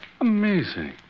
Amazing